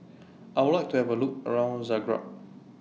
I Would like to Have A Look around Zagreb